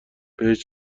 بهش